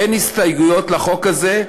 אין הסתייגויות לחוק הזה,